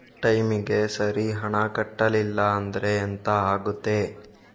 ಟೈಮಿಗೆ ಸರಿ ಹಣ ಕಟ್ಟಲಿಲ್ಲ ಅಂದ್ರೆ ಎಂಥ ಆಗುತ್ತೆ?